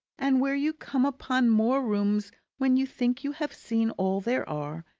and where you come upon more rooms when you think you have seen all there are,